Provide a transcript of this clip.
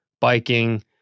biking